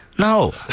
No